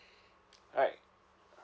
hi